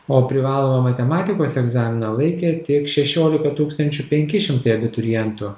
o privalomą matematikos egzaminą laikė tik šešiolika tūkstančių penki šimtai abiturientų